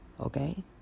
Okay